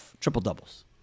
triple-doubles